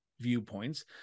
viewpoints